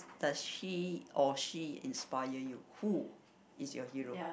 does he or she inspire you who is your hero